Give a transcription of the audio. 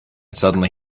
suddenly